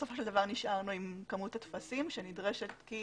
ניסינו ובסופו של דבר נשארנו עם כמות הטפסים שנדרשת כי